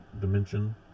dimension